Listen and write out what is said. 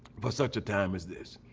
but such a time as this.